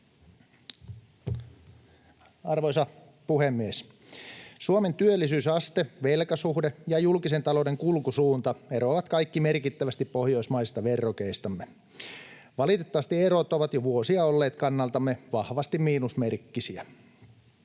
Arvoisa puhemies! Suomen työllisyysaste, velkasuhde ja julkisen talouden kulkusuunta eroavat kaikki merkittävästi pohjoismaisista verrokeistamme. Valitettavasti erot ovat jo vuosia olleet kannaltamme vahvasti miinusmerkkisiä.